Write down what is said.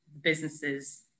businesses